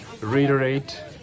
reiterate